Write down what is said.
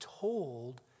told